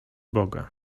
boga